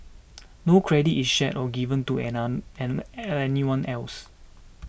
no credit is shared or given to an anyone else